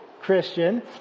Christian